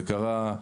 זה קרה,